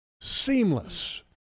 seamless